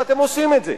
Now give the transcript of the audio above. ואתם עושים את זה.